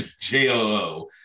J-O-O